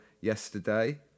yesterday